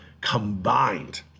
combined